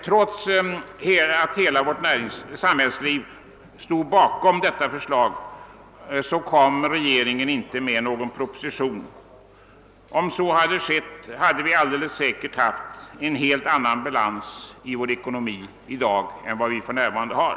Trots att hela vårt samhällsliv stod bakom detta förslag lade regeringen inte fram någon proposition. Om den hade gjort det, hade vi säkert haft en helt annan balans i vår ekonomi i dag än vi för närvarande har.